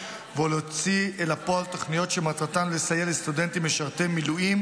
ולהוציא אל הפועל תוכניות שמטרתן לסייע לסטודנטים משרתי מילואים